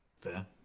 Fair